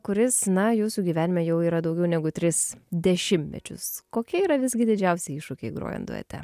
kuris na jūsų gyvenime jau yra daugiau negu tris dešimtmečius kokia yra visgi didžiausi iššūkiai grojant duete